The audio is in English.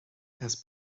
has